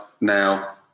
now